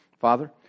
Father